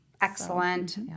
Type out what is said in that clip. Excellent